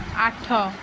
ଆଠ